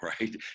right